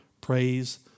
Praise